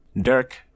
Dirk